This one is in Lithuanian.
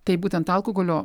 tai būtent alkoholio